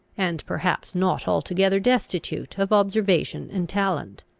and perhaps not altogether destitute of observation and talent.